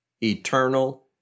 eternal